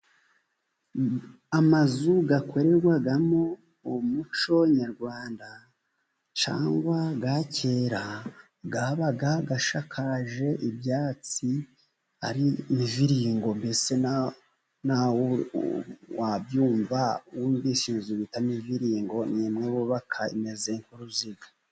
Amazu akorerwamo umuco nyarwanda, cyagwa za kera zabaga zisakaje ibyatsi, ari muviringo mbese naho wabyumva wumvise inzu bita muviringo n'imwe bubaka imeze nk'uruziga.